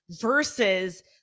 versus